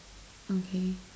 okay